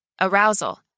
arousal